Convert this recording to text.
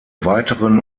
weiteren